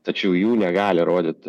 tačiau jų negali rodyt